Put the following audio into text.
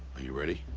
are you ready?